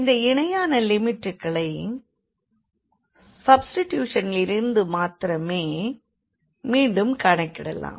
இந்த இணையான லிமிட்களை சப்ஸ்டிடியூஷனிலிருந்து மாத்திரமே மீண்டும் கணக்கிடலாம்